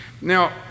Now